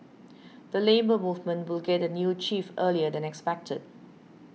the Labour Movement will get a new chief earlier than expected